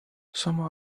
sama